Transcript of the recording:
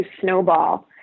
snowball